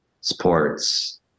sports